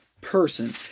person